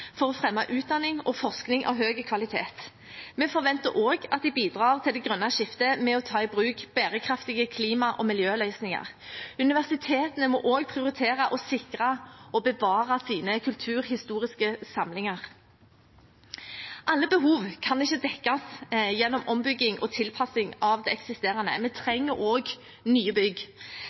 for å fremme utdanning og forskning av høy kvalitet. Vi forventer også at de bidrar til det grønne skiftet ved å ta i bruk bærekraftige klima- og miljøløsninger. Universitetene må også prioritere å sikre og bevare sine kulturhistoriske samlinger. Alle behov kan ikke dekkes gjennom ombygging og tilpassing av det eksisterende. Vi trenger også nye bygg.